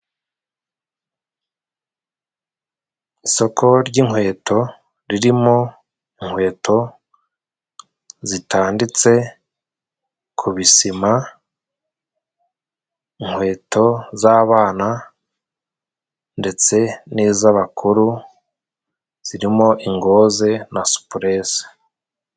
Isoko ry'inkweto ririmo inkweto zitanditse ku bisima. Inkweto z'abana ndetse n'iz'abakuru zirimo ingoze na supuresi.